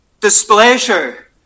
displeasure